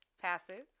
Passive